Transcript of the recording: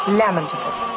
lamentable